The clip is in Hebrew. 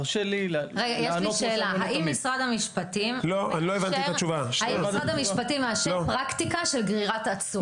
האם משרד המשפטים מאשר פרקטיקה של גרירת עצור?